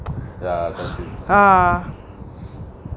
ya touchy